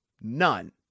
None